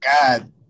god